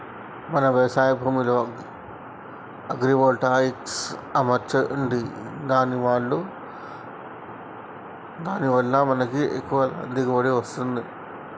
మన వ్యవసాయ భూమిలో అగ్రివోల్టాయిక్స్ అమర్చండి దాని వాళ్ళ మనకి ఎక్కువ దిగువబడి వస్తుంది